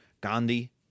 Gandhi